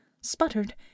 sputtered